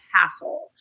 hassle